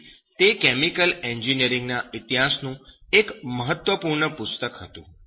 તેથી તે કેમિકલ એન્જિનિયરિંગના ઈતિહાસનું એક મહત્વપૂર્ણ પુસ્તક હતું